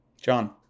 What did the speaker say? John